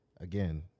again